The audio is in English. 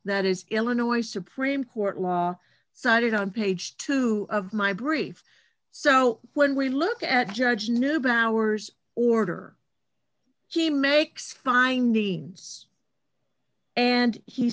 that is illinois supreme court law cited on page two of my brief so when we look at judge new bowers order he makes finding it's and he